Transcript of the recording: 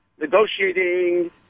negotiating